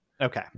Okay